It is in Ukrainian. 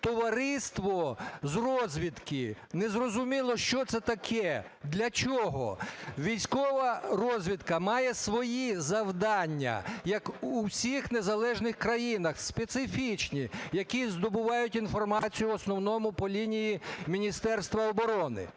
товариство з розвідки, не зрозуміло що це таке, для чого. Військова розвідка має свої завдання, як в усіх незалежних країнах, специфічні, які здобувають інформацію в основному по лінії Міністерства оборони.